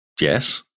Yes